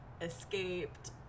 escaped